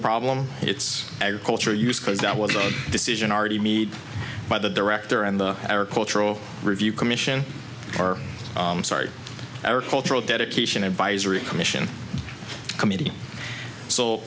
problem it's agriculture use because that was a decision already made by the director and the agricultural review commission or sorry or cultural dedication advisory commission committee so